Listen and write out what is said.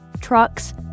trucks